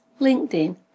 LinkedIn